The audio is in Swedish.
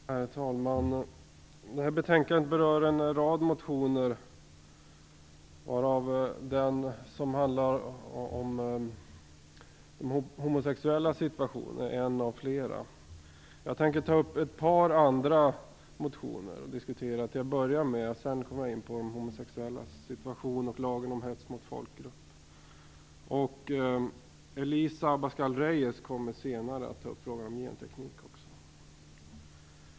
Herr talman! Detta betänkande berör en rad motioner. Den motion som handlar om de homosexuellas situation är alltså en av flera. Till att börja med tänkte jag ta upp ett par andra motioner. Sedan kommer jag in på de homosexuellas situation och på lagen om hets mot folkgrupp. Elisa Abascal Reyes kommer senare i denna debatt att ta upp frågan om genteknik.